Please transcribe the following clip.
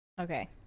Okay